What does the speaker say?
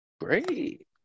Great